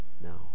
no